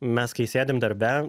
mes kai sėdim darbe